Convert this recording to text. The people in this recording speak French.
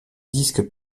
disques